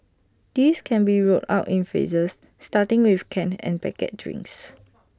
this can be rolled out in phases starting with canned and packet drinks